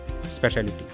speciality